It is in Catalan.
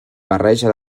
barreja